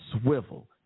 swivel